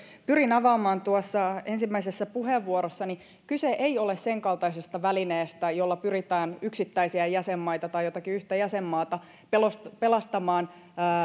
pyrin avaamaan tuossa ensimmäisessä puheenvuorossani kyse ei ole senkaltaisesta välineestä jolla pyritään yksittäisiä jäsenmaita tai jotakin yhtä jäsenmaata pelastamaan pelastamaan